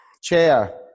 chair